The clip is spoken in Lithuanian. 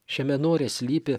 šiame nore slypi